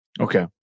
Okay